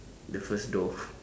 the first door